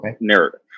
narrative